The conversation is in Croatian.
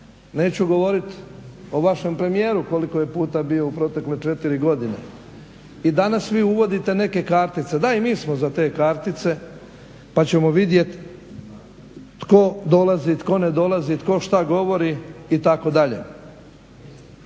neću govoriti o vašem premijeru koliko je puta bio u protekle 4 godine. i danas vi uvodite neke kartice. Da i mi smo za kartice pa ćemo vidjeti tko dolazi tko ne dolazi, tko što govori itd.